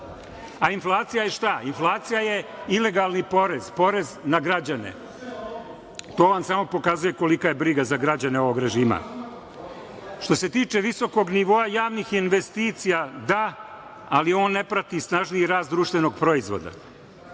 Inflacija je - šta? Inflacija je ilegalni porez, porez na građane. To vam samo pokazuje kolika je briga za građane ovog režima. Što se tiče visokog nivoa javnih investicija, da, ali on ne prati snažniji rast društvenog proizvoda.